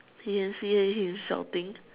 he can see that he is shouting